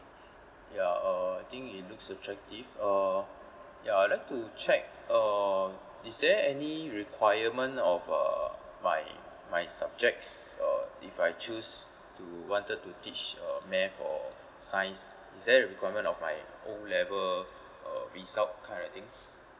ya uh I think it looks attractive uh ya I'd like to check uh is there any requirement of uh by my subjects uh if I choose to wanted to teach uh math or science is there a requirement of like O level uh result kind of thing